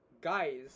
guys